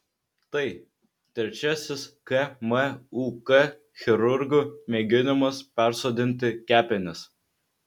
tai trečiasis kmuk chirurgų mėginimas persodinti kepenis